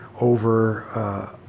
over